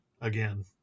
again